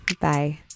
Bye